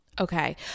Okay